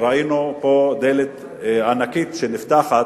ראינו פה דלת ענקית שנפתחת,